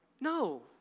No